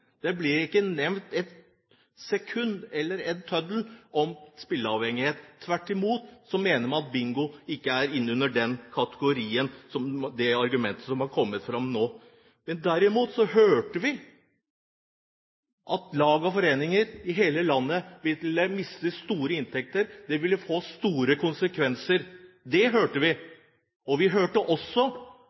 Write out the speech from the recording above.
Det ble ikke nevnt en tøddel om spilleavhengighet. Tvert imot mener man at bingo ikke er innunder den kategorien som det argumentet som har kommet fram nå, er innunder. Derimot hørte vi at lag og foreninger i hele landet ville miste store inntekter, at det ville få store konsekvenser. Det hørte vi, og vi hørte også